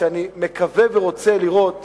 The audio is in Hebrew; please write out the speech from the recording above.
שאני מקווה ורוצה לראות